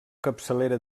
capçalera